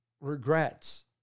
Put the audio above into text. regrets